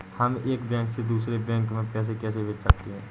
हम एक बैंक से दूसरे बैंक में पैसे कैसे भेज सकते हैं?